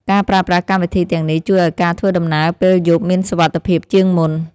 ការប្រើប្រាស់កម្មវិធីទាំងនេះ ជួយឱ្យការធ្វើដំណើរពេលយប់មានសុវត្ថិភាពជាងមុន។